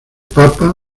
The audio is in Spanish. papa